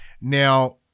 Now